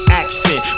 accent